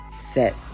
set